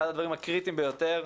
אחד הדברים הקריטיים ביותר,